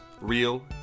real